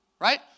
right